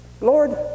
Lord